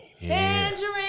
Tangerine